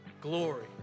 glory